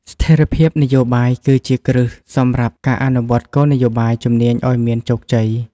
ស្ថិរភាពនយោបាយគឺជាគ្រឹះសម្រាប់ការអនុវត្តគោលនយោបាយជំនាញឱ្យមានជោគជ័យ។